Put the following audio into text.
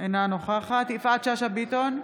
אינה נוכחת יפעת שאשא ביטון,